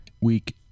week